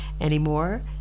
anymore